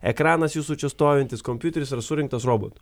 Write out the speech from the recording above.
ekranas jūsų čia stovintis kompiuteris yra surinktas robotų